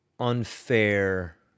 Unfair